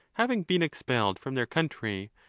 having been expelled from their country,